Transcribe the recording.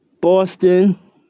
Boston